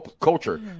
culture